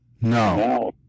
No